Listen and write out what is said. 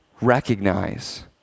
recognize